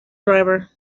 driver